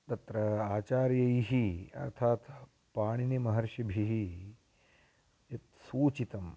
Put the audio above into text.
तत्र आचार्यैः अर्थात् पाणिनिमहर्षिभिः यत्सूचितं